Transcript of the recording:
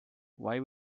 why